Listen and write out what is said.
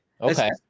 Okay